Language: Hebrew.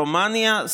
רומניה,